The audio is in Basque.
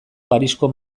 parisko